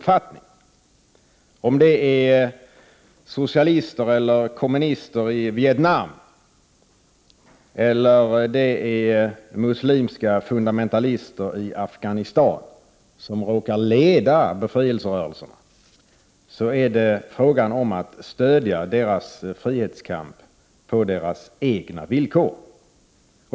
Oavsett om det är socialister eller kommunister i Vietnam eller om det är muslimska fundamentalister i Afghanistan som råkar leda befrielserörelserna, är det fråga om att stödja deras frihetskamp på deras egna villkor.